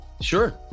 Sure